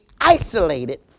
isolated